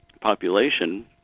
population